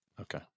Okay